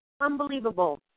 Unbelievable